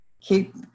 keep